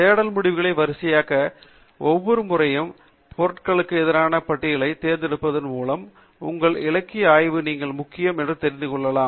தேடல் முடிவுகளை வரிசையாக்க ஒவ்வொரு முறையும் பொருட்களுக்கு எதிரான பெட்டியைத் தேர்ந்தெடுப்பதன் மூலம் உங்கள் இலக்கிய ஆய்வுக்கு நீங்கள் முக்கியம் என்று தெரிந்துகொள்ளுங்கள்